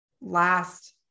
last